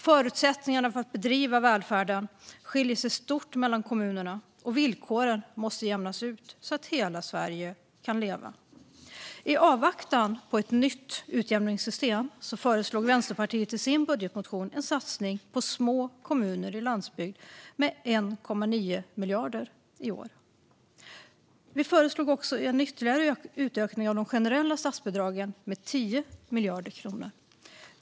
Förutsättningarna för att bedriva välfärden skiljer sig stort mellan kommunerna, och villkoren måste jämnas ut så att hela Sverige kan leva. I avvaktan på ett nytt utjämningssystem föreslog Vänsterpartiet i sin budgetmotion en satsning på små kommuner på landsbygden med 1,9 miljarder i år. Vi föreslog också en ytterligare utökning av de generella statsbidragen med 10 miljarder kronor.